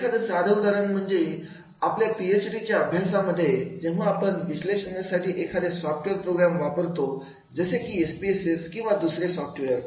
एखादं साधं उदाहरण म्हणजे आपल्या पीएचडीच्या अभ्यासामध्ये जेव्हा आपण विश्लेषणासाठी एखाद्या सॉफ्टवेअर प्रोग्रॅम वापरतो जसे की एस पी एस एस किंवा दुसरे सॉफ्टवेअर